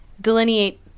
delineate